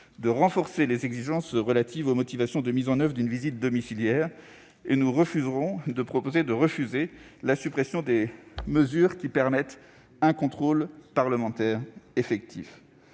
de renforcer les exigences relatives aux motivations de mise en oeuvre d'une visite domiciliaire. Enfin, nous refuserons la suppression des mesures permettant un contrôle parlementaire effectif.